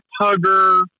hugger